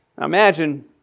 imagine